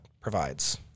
provides